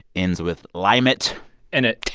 ends with limate and it.